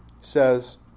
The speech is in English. says